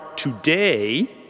Today